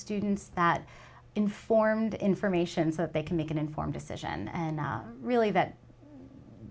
students that informed information so that they can make an informed decision and really that